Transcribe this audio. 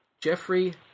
Jeffrey